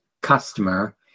customer